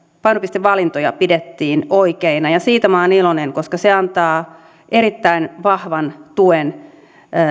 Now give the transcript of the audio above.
painopistevalintoja pidettiin oikeina ja siitä minä olen iloinen koska se antaa erittäin vahvan tuen